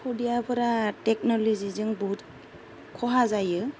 खुदियाफोरा टेक्न'ल'जिजों बहुत खहा जायो